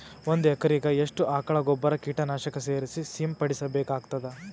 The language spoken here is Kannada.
ಒಂದು ಎಕರೆಗೆ ಎಷ್ಟು ಆಕಳ ಗೊಬ್ಬರ ಕೀಟನಾಶಕ ಸೇರಿಸಿ ಸಿಂಪಡಸಬೇಕಾಗತದಾ?